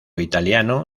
italiano